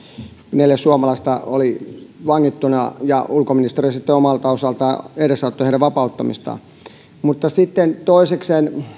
neljä suomalaista oli vangittuna ja ulkoministeriö sitten omalta osaltaan edesauttoi heidän vapauttamistaan vaan toisekseen